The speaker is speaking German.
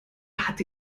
hatte